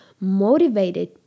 motivated